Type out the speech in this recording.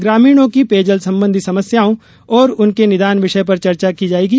ग्रामीणों की पेयजल संबंधी समस्याओं और उनके निदान विषय पर चर्चा की जायेगी